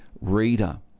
reader